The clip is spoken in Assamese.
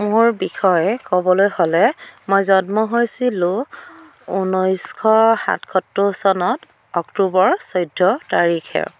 মোৰ বিষয়ে ক'বলৈ হ'লে মই জন্ম হৈছিলোঁ উনৈছশ সাতসত্তৰ চনত অক্টোবৰ চৈধ্য় তাৰিখে